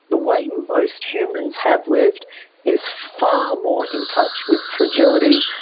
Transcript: the way most humans have lived is far more in touch with fragility,